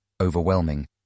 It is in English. overwhelming